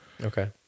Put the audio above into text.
Okay